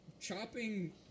chopping